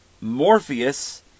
Morpheus